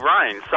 rain